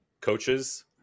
coaches